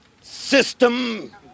system